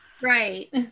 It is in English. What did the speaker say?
right